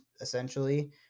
essentially